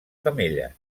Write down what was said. femelles